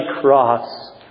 cross